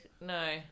No